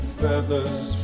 feathers